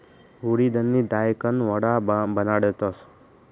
उडिदनी दायकन वडा बनाडतस